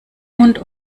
mund